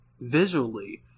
visually